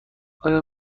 آیا